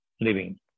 living